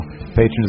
Patrons